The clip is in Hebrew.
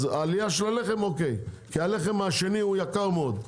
כי הלחם השני הוא יקר מאוד,